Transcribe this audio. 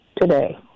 today